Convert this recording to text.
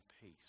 peace